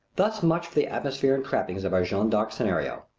thus much for the atmosphere and trappings of our jeanne d'arc scenario.